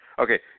Okay